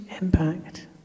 impact